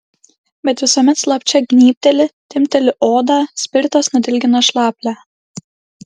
bet visuomet slapčia gnybteli timpteli odą spiritas nudilgina šlaplę